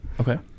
Okay